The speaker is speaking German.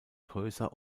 größer